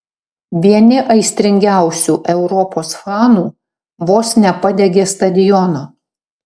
vieni aistringiausių europos fanų vos nepadegė stadiono